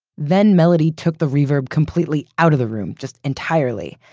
then melody took the reverb completely out of the room, just entirely,